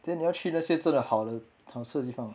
then 你要去那些真的好的好吃的地方啊